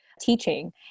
teaching